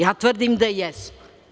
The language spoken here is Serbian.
Ja tvrdim da jesu.